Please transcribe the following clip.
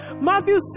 Matthew